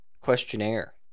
questionnaire